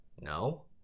No